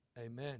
Amen